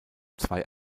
zwei